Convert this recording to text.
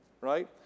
right